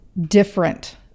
different